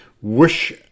Wish